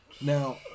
Now